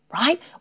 Right